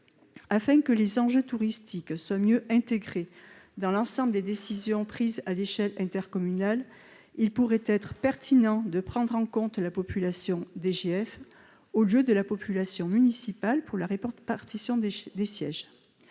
afin que les enjeux touristiques ce mieux intégrés dans l'ensemble des décisions prises à l'échelle intercommunale, il pourrait être pertinent de prendre en compte la population DGF au lieu de la population municipale pour leur porte-partition déchets